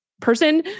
person